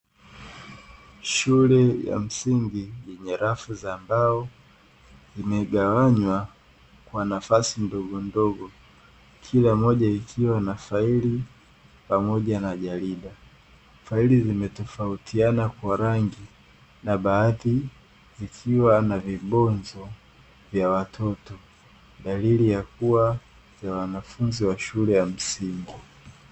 Shule ya msingi yenye rafu za mbao, imegawanywa kwa nafasi ndogondogo. Kila moja ikiwa na faili pamoja na jarida. Faili zimetofautiana kwa rangi na baadhi zikiwa na vibonzo vya watoto, dalili ya kuwa za wanafunzi wa shule ya msingi.